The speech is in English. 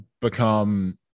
become –